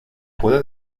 puede